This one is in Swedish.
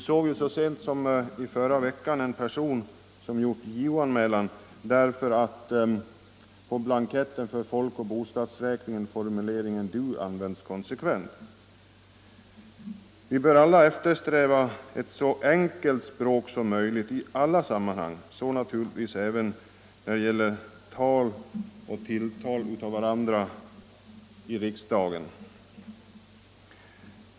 Så sent som i förra veckan läste vi om en person som gjort JO-anmälan därför att på blanketter för folkoch bostadsräkningen formuleringen ”du” används konsekvent. Vi bör alla eftersträva ett så enkelt språk som möjligt i alla sammanhang, och naturligtvis även när det gäller tal och tilltal i riksdagen.